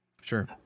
Sure